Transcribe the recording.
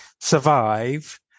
survive